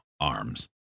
arms